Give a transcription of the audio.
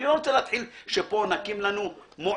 אני לא רוצה להתחיל שפה נקים לנו מועצת,